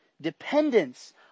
dependence